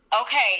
Okay